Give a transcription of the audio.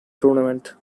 tournament